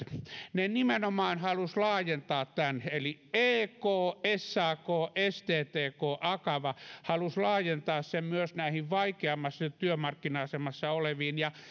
nimenomaan halusivat laajentaa tämän eli ek sak sttk akava halusivat laajentaa sen myös näihin vaikeammassa työmarkkina asemassa oleviin